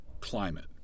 climate